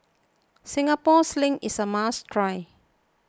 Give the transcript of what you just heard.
Singapore Sling is a must try